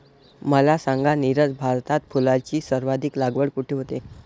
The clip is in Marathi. मला सांगा नीरज, भारतात फुलांची सर्वाधिक लागवड कुठे होते?